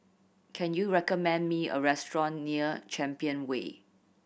can you recommend me a restaurant near Champion Way